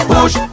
Push